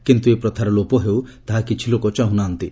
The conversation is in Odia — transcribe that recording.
କିନ୍ତୁ ଏହି ପ୍ରଥାର ଲୋପ ହେଉ ତାହା କିଛି ଲୋକ ଚାହୁଁ ନାହାନ୍ତି